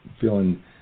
feeling